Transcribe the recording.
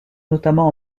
notamment